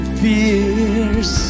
fears